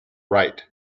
right